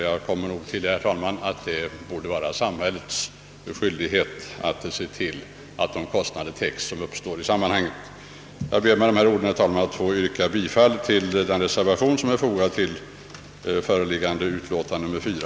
Jag anser, herr talman, att det är samhällets skyldighet att täcka de kostnader som uppstår i detta sammanhang. Jag yrkar bifall till den reservation som är fogad till allmänna beredningsutskottets utlåtande nr 4.